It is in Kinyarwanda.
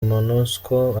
monusco